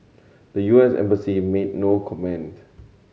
the U S embassy made no comment